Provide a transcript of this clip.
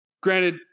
Granted